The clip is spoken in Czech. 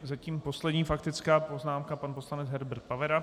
Zatím poslední faktická poznámka, pan poslanec Herbert Pavera.